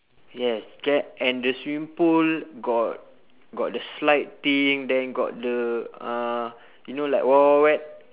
yes cat and the swimming pool got got the slide thing then got the uh you know like wild wild wet